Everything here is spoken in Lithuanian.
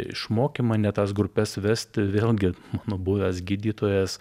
išmokė mane tas grupes vesti vėlgi mano buvęs gydytojas